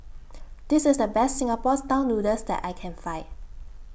This IS The Best Singapore Style Noodles that I Can Find